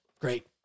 Great